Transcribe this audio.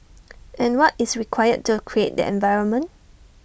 and what is required to create that environment